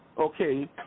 Okay